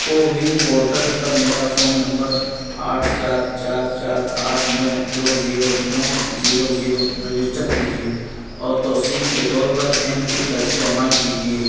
CoWIN portal پر میرا phone number آٹھ چار چار چار آٹھ نو دو زیرو نو زیرو زیرو رجسٹر کیجیے اور توثیق کے طور پر ایم پن کا استعمال کیجیے